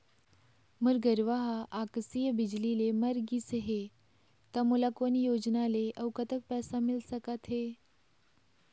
मोर गरवा हा आकसीय बिजली ले मर गिस हे था मोला कोन योजना ले अऊ कतक पैसा मिल सका थे?